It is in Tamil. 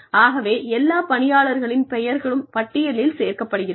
ஆகவே எல்லா பணியாளர்களின் பெயர்களும் பட்டியலில் சேர்க்கப்படுகிறது